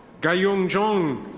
gayung jong.